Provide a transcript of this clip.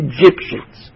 Egyptians